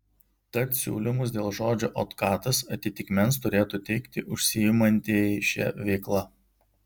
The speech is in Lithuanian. tad siūlymus dėl žodžio otkatas atitikmens turėtų teikti užsiimantieji šia veikla